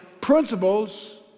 principles